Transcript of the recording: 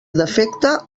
defecte